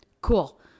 Cool